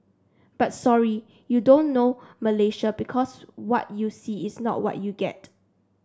but sorry you don't know Malaysia because what you see is not what you get